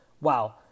Wow